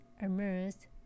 immersed